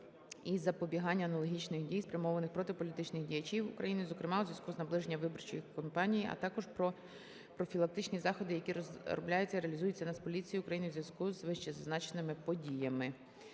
із запобігання аналогічних дій, спрямованих проти політичних діячів України, зокрема у зв'язку з наближенням виборчої кампанії, а також про профілактичні заходи, які розробляються і реалізуються Нацполіцією України у зв'язку з вищезазначеними подіями.